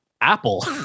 Apple